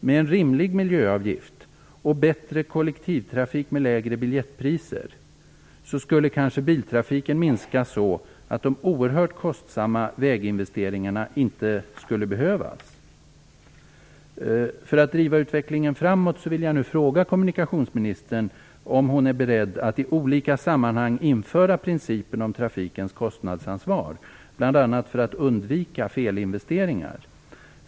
Med en rimlig miljöavgift och bättre kollektivtrafik med lägre biljettpriser skulle biltrafiken kanske minska så att de oerhört kostsamma väginvesteringarna inte skulle behövas. För att driva utvecklingen framåt vill jag fråga kommunikationsministern om hon är beredd att i olika sammanhang införa principen om trafikens kostnadsansvar, bl.a. för att undvika felinvesteringar.